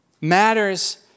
matters